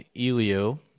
Elio